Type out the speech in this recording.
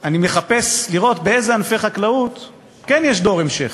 אני מחפש לראות באיזה ענפי חקלאות כן יש דור המשך.